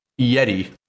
Yeti